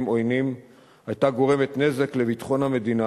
עוינים היתה גורמת נזק לביטחון המדינה,